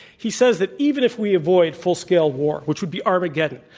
he says that even if we avoid full-scale war, which would be armageddon,